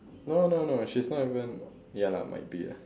no no no she's not even ya lah might be ah